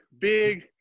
Big